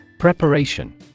Preparation